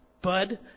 Bud